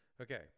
Okay